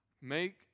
Make